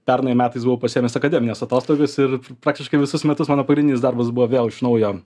pernai metais buvau pasiėmęs akademines atostogas ir praktiškai visus metus mano pagrindinis darbas buvo vėl iš naujo